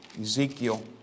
Ezekiel